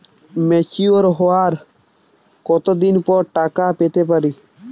Mature হওয়ার কত দিন পর টাকা পেতে পারি?